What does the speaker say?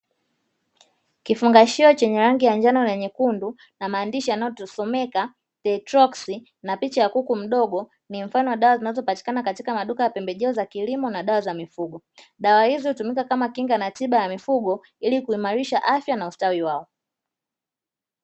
Kifungashio chenye rangi ya njano na nyekundu na maandishi yanayosomeka "tretoxy" na picha ya kuku mdogo, ni mfano wa dawa zinazopatikana katika maduka ya pembejeo za kilimo na dawa za mifugo, dawa hizo hutumika kama kinga na tiba ya mifugo ili kuimarisha afya na ustawi wao.